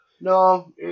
No